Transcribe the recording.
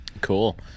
Cool